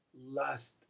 last